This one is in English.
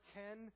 ten